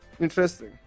Interesting